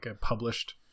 published